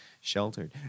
Sheltered